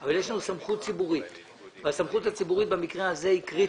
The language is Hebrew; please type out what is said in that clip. אבל יש לנו סמכות ציבורית והסמכות הציבורית במקרה הזה היא קריטית.